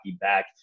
back